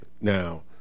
now